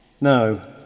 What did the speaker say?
No